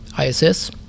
ISS